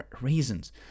reasons